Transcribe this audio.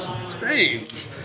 Strange